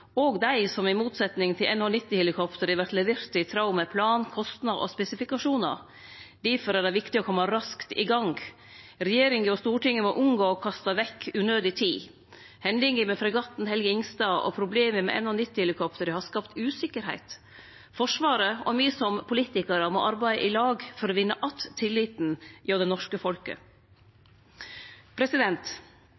dei som i motsetnad til NH90-helikoptra vert leverte i tråd med plan, kostnad og spesifikasjonar. Difor er det viktig å kome raskt i gang. Regjeringa og Stortinget må unngå å kaste vekk unødig tid. Hendinga med fregatten KNM «Helge Ingstad» og problema med NH90-helikoptra har skapt usikkerheit. Forsvaret og me som politikarar må arbeide i lag for å vinne att tilliten hjå det norske folket.